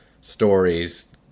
stories